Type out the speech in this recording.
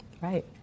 Right